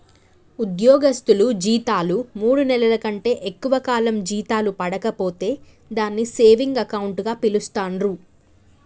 ఉద్యోగస్తులు జీతాలు మూడు నెలల కంటే ఎక్కువ కాలం జీతాలు పడక పోతే దాన్ని సేవింగ్ అకౌంట్ గా పిలుస్తాండ్రు